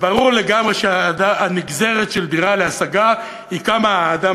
וברור לגמרי שהנגזרת של דירה להשגה היא כמה האדם